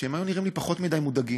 שהיו נראים לי פחות מדי מודאגים.